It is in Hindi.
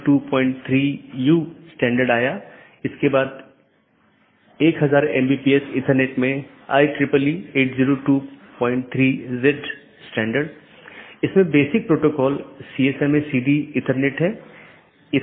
दूसरे अर्थ में जब मैं BGP डिवाइस को कॉन्फ़िगर कर रहा हूं मैं उस पॉलिसी को BGP में एम्बेड कर रहा हूं